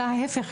אלא ההיפך,